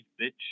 bitch